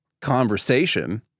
conversation